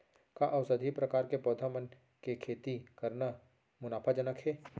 का औषधीय प्रकार के पौधा मन के खेती करना मुनाफाजनक हे?